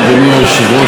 אדוני היושב-ראש,